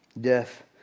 Death